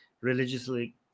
religiously